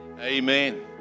amen